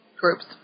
groups